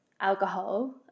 alcohol